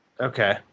Okay